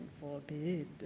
forbid